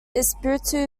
espiritu